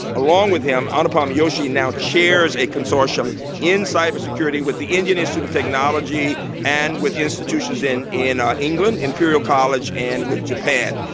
along with him, anupam joshi now chairs a consortium in cybersecurity with the indian institute of technology and with institutions in in england, imperial college, and with japan.